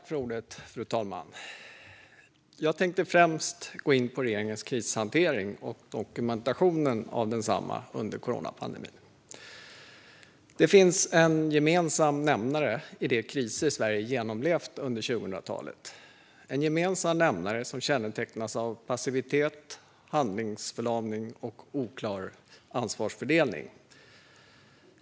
Fru talman! Jag tänkte främst gå in på regeringens krishantering och dokumentationen av densamma under coronapandemin. Det finns en gemensam nämnare i de kriser som Sverige genomlevt under 2000-talet. Det är en gemensam nämnare som kännetecknas av passivitet, handlingsförlamning och oklar ansvarsfördelning.